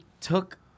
took